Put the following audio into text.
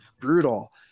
brutal